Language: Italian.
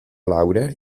laurea